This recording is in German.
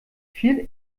viel